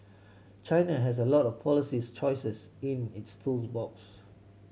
China has a lot of policies choices in its tool box